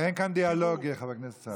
אין כאן דיאלוג, חבר הכנסת סעדה.